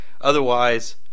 Otherwise